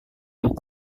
yang